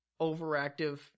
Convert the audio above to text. Overactive